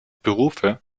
berufe